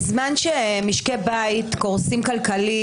בזמן שמשקי בית קורסים כלכלית,